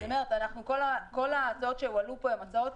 אני אומרת שכל ההצעות שהועלו פה הן הצעות